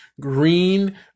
Green